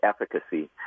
efficacy